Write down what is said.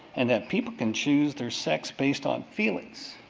and that people can choose their sex based on feelings.